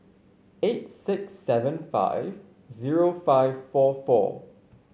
eight six seven five zero five four four